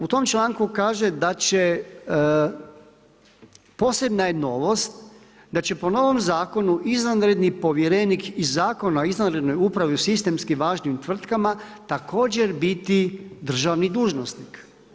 U tom članku kaže da će: Posebna je novost da će po novom zakonu izvanredni povjerenik iz Zakona o izvanrednoj upravi u sistemski važnim tvrtkama također biti državni dužnosnik.